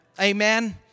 Amen